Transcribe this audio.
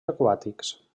aquàtics